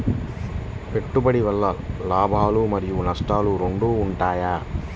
పెట్టుబడి వల్ల లాభాలు మరియు నష్టాలు రెండు ఉంటాయా?